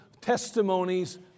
testimonies